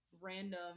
random